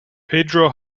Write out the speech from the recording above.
pedro